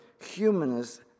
Humanist